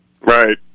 Right